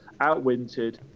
outwintered